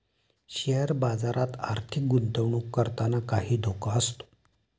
share बाजारात आर्थिक गुंतवणूक करताना काही धोका असतो